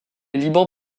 liban